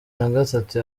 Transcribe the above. nagatatu